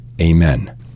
Amen